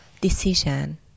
decision